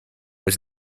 was